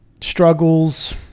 struggles